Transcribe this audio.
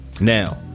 Now